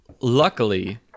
Luckily